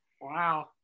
wow